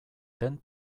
den